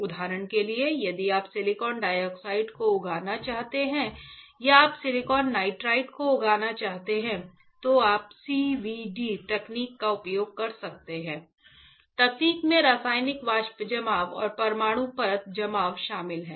उदाहरण के लिए यदि आप सिलिकॉन डाइऑक्साइड को उगाना चाहते हैं या आप सिलिकॉन नाइट्राइड को उगाना चाहते हैं तो आप CVD तकनीक का उपयोग कर सकते हैं तकनीक में रासायनिक वाष्प जमाव और परमाणु परत जमाव शामिल हैं